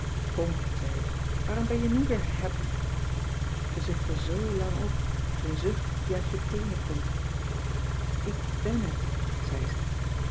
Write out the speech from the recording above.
kom zei ik waarom ben je nu weer happy ze cissy van marxveldt de h b s tijd van joop ter heul zuchtte zoo lang op zoo n zucht die uit je teenen komt ik bèn het zei ze